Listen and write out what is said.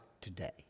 today